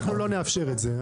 אנחנו לא נאפשר את זה.